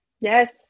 Yes